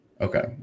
Okay